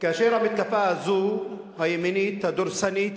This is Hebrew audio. כאשר המתקפה הזו הימנית, הדורסנית,